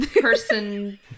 person